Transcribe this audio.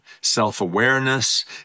self-awareness